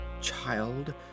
child